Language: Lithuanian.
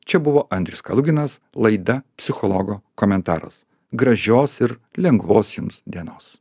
čia buvo andrius kaluginas laida psichologo komentaras gražios ir lengvos jums dienos